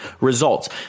results